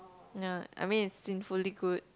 ya I mean is sinfully good